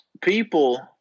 people